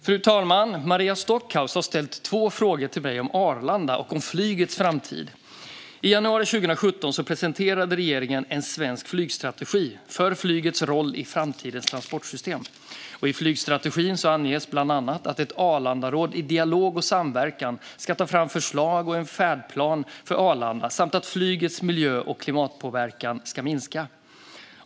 Fru talman! Maria Stockhaus har ställt två frågor till mig om Arlanda och flygets framtid. I januari 2017 presenterade regeringen En svensk flygstrategi - för flygets roll i framtidens transportsystem . I flygstrategin anges bland annat att ett Arlandaråd i dialog och samverkan ska ta fram förslag och en färdplan för Arlanda samt att flygets miljö och klimatpåverkan ska minska.